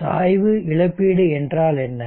சாய்வு இழப்பீடு என்றால் என்ன